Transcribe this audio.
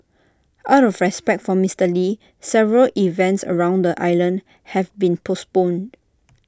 out of respect for Mister lee several events around the island have been postponed